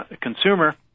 consumer